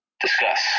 Discuss